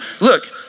Look